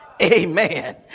Amen